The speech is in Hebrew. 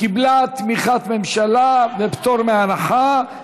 שקיבלה תמיכת ממשלה ופטור מהנחה.